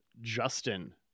Justin